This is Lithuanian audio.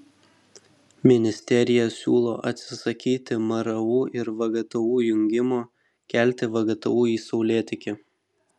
ministerija siūlo atsisakyti mru ir vgtu jungimo kelti vgtu į saulėtekį